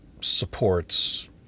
supports